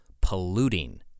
polluting